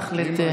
תחליט.